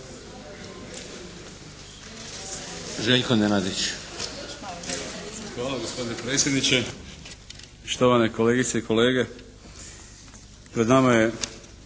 Željko Nenadić.